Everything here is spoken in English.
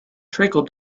trickle